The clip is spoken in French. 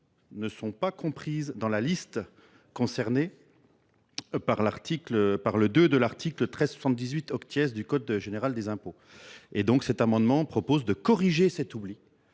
ne sont pas comprises dans la liste concernée par le II de l’article 1378 du code général des impôts. Notre amendement vise à corriger cet oubli,